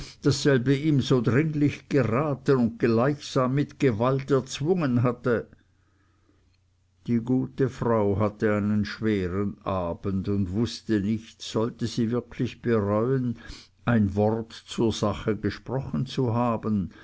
dasselbe ihm so dringlich geraten und gleichsam mit gewalt erzwungen hatte die gute frau hatte einen schweren abend und wußte nicht sollte sie wirklich bereuen ein wort zur sache gesprochen zu haben